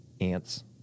Ants